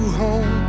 home